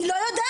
היא לא יודעת,